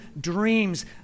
dreams